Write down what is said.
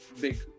big